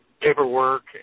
paperwork